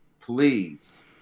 Please